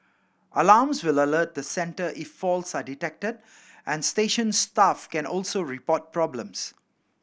alarms will alert the centre if faults are detected and station staff can also report problems